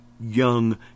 young